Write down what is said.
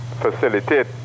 facilitate